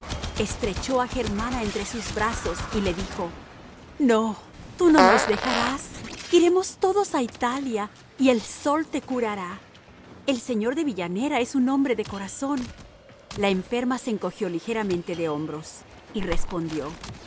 estrechó a germana entre sus brazos y le dijo no tú no nos dejarás iremos todos a italia y el sol te curará el señor de villanera es un hombre de corazón la enferma se encogió ligeramente de hombros y respondió